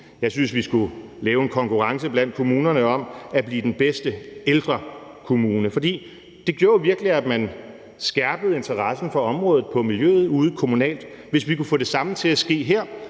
Jeg synes, vi skulle lave en konkurrence blandt kommunerne om at blive den bedste ældrekommune, for det gjorde jo virkelig, at man skærpede interessen for miljøområdet ude kommunalt. Hvis vi kunne få det samme til at ske her,